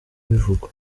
bivugwa